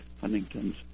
Huntington's